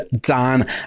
Dan